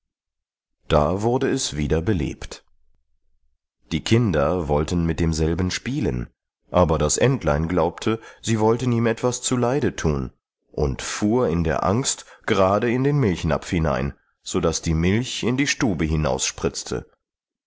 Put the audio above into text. da wurde es wieder belebt die kinder wollten mit demselben spielen aber das entlein glaubte sie wollten ihm etwas zu leide thun und fuhr in der angst gerade in den milchnapf hinein sodaß die milch in die stube